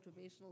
motivational